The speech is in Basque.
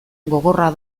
gogorra